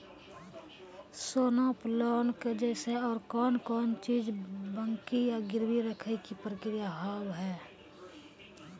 सोना पे लोन के जैसे और कौन कौन चीज बंकी या गिरवी रखे के प्रक्रिया हाव हाय?